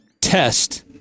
test